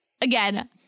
again